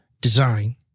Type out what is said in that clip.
design